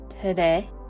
Today